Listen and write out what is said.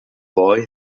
boy